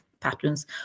patterns